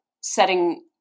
setting